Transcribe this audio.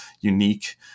unique